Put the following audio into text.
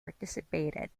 participated